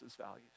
values